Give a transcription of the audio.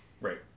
Right